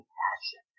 passion